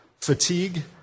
fatigue